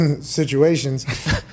Situations